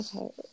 okay